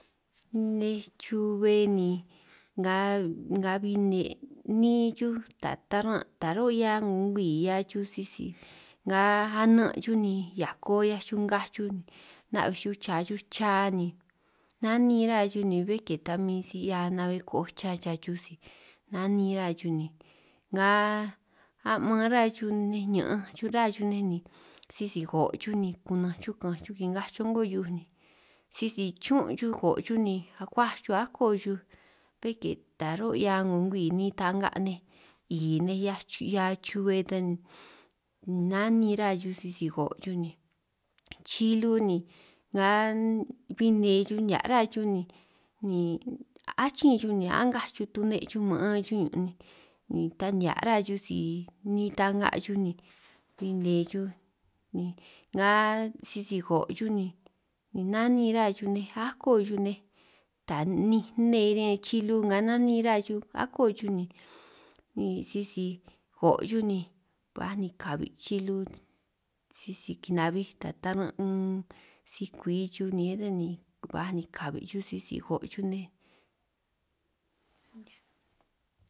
Nej chube ni nga bin nne nni chuj ta taran' taj run' 'ngo 'hiaj ngwii 'hiaj chuj sisi nga anan' chuj ni hiako 'hiaj chuj ngaj chuj, ni na'bbe chuj cha chuj cha ni nanin ra chuj ni bé ke ta min si 'hia na'bbe ko'oj cha chuj si, nanin rá chuj ni nga a'man rá chuj nej ni min ña'anj rá chuj nej ni si ko' chuj ni kunanj chuj ka'anj chuj kingaj chuj a'ngo hiuj u ni, sisi chun' chuj ko' chuj ni akuaj chuj ako chuj bé ke ta run' 'hia 'ngo ngwii niin' tanka' nej 'i nej 'hia chube ta ni nanin rá chuj sisi ko' chuj ni, chilu ni nga bin nne chuj ni bin nihia' rá chuj ni achin chuj ni a'ngaj chuj tunej chuj ma'an chuj ñun' ni ta nihia' rá chuj si ni'in ta'nga chuj si bin nne chuj, ni nga sisi ko' chuj ni nanin rá chuj nej ako chuj nej ta ninj nnee riñan chilu ni nga nanin rá chuj, ako chuj ni sisi ko' chuj ni ba ni ni kabi' chilu, sisi kanabij ta taran' inn si-kwi chuj ni be ta ni ba ni kabi' chuj sisi ko' chuj nej.